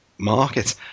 market